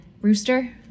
Rooster